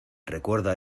recuerda